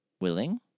Willing